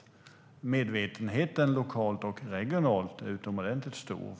Medvetenheten lokalt och regionalt är utomordentligt stor.